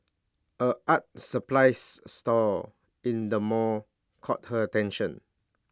A art supplies store in the mall caught her attention